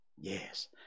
Yes